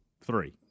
Three